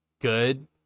good